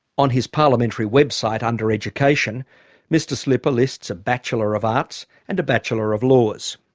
on his parliamentary website under education mr slipper lists a bachelor of arts and a bachelor of laws.